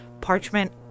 Parchment